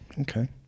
Okay